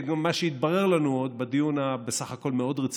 מה שהתברר לנו עוד בדיון בוועדה,